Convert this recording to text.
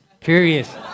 curious